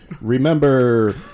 remember